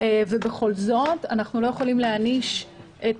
ובכל זאת אנחנו לא יכולים להעניש את